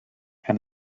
and